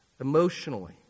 emotionally